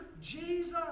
Jesus